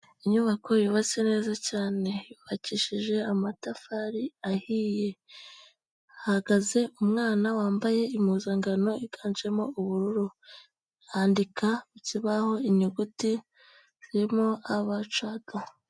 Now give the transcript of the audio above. Inyubako yubatse neza cyane, yubakishije amatafari ahiye, hahagaze umwana wambaye impuzankano yiganjemo ubururu, yandika ku kibaho inyuguti zirimo ABCG.